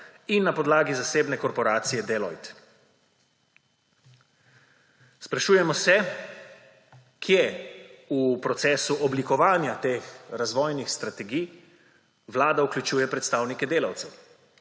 in na podlagi zasebne korporacije Deloitte. Sprašujemo se, kje v procesu oblikovanja teh razvojnih strategij Vlada vključuje predstavnike delavcev;